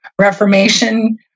reformation